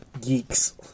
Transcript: Geeks